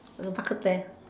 bak-kut-teh